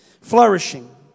flourishing